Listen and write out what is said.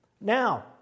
Now